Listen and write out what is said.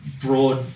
broad